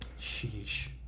Sheesh